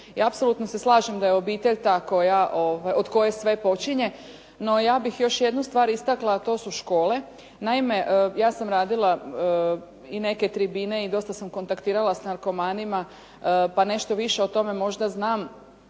i apsolutno se slažem da je obitelj ta od koje sve počinje, no ja bih još jednu stvar istakla, a to su škole. Naime, ja sam radila i neke tribine i dosta sam kontaktirala s narkomanima pa nešto više o tome možda znam.